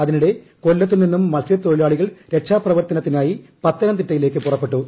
അതിനിടെ കൊല്ലത്തുനിന്നും മത്സ്യത്തൊഴിലാളികൾ രക്ഷാപ്രവർത്തനത്തിനായി പത്തനംതിട്ടയിലേക്ക് പുറപ്പെട്ടു